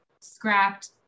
scrapped